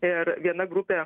ir viena grupė